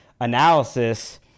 analysis